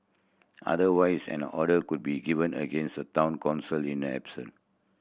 otherwise an order could be given against the Town Council in a absence